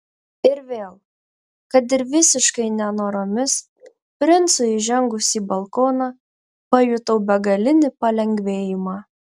ir vėl kad ir visiškai nenoromis princui įžengus į balkoną pajutau begalinį palengvėjimą